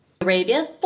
arabia